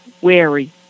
wary